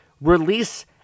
release